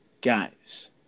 guys